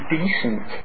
decent